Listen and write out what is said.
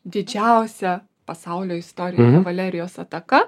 didžiausia pasaulio istorijoj kavalerijos ataka